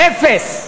אפס,